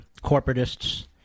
Corporatists